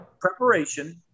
preparation